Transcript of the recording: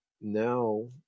now